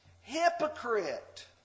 Hypocrite